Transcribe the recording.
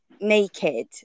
naked